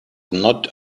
not